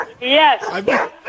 Yes